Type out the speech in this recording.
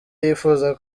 yifuza